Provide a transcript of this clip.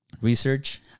research